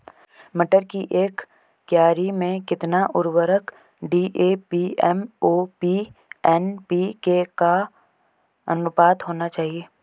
मटर की एक क्यारी में कितना उर्वरक डी.ए.पी एम.ओ.पी एन.पी.के का अनुपात होना चाहिए?